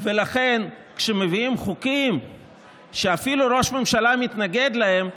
ולכן כשמביאים חוקים שאפילו ראש ממשלה מתנגד להם,